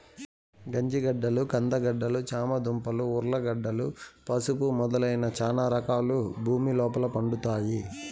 జంజిగడ్డలు, కంద గడ్డలు, చామ దుంపలు, ఉర్లగడ్డలు, పసుపు మొదలైన చానా రకాలు భూమి లోపల పండుతాయి